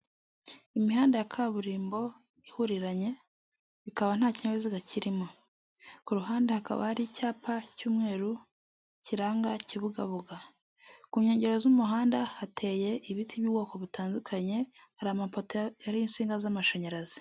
Imihanda ya kaburimbo ihuriranye, ikaba nta kinyabiziga kirimo, ku ruhande hakaba hari icyapa cy'umweru kiranga kibugabuga, ku nkengero z'umuhanda hateye ibiti n'ubwoko butandukanye, hari amapoto hariho insinga z'amashanyarazi.